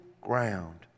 ground